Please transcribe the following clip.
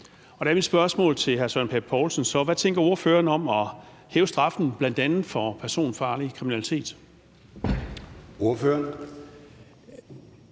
Hvad tænker ordføreren om at hæve straffen, bl.a. for personfarlig kriminalitet?